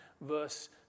Verse